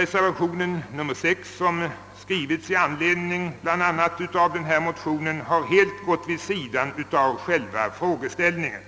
reservationen 6, som skrivits i anledning av bl.a. vår motion, går helt vid sidan av själva frågeställningen.